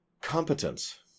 competence